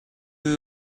will